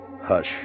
hush